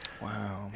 Wow